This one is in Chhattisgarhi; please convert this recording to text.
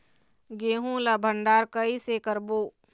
गेहूं ला भंडार कई से करबो?